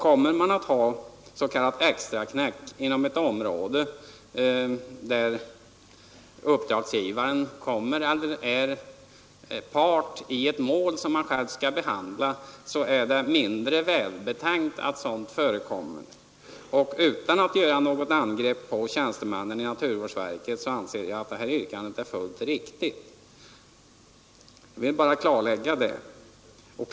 Kommer man att ha s.k. extraknäck inom ett område där uppdragsgivaren är part i ett mål som man själv skall behandla, så är det mindre välbetänkt att sådant förekommer. Utan att göra något angrepp på tjänstemännen i statens naturvårdsverk så anser jag att yrkandet är fullt riktigt. Jag vill bara klarlägga det.